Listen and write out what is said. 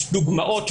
דוגמאות,